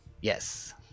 Yes